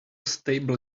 stable